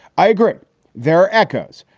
i agree there are echoes,